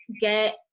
get